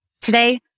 Today